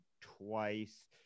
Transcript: twice